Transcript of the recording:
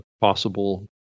possible